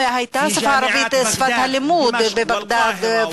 השפה הערבית הייתה שפת הלימוד בבגדאד,